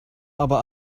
aber